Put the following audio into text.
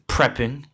Prepping